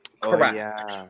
correct